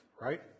right